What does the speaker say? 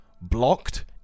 Blocked